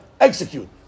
execute